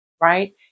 Right